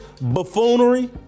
buffoonery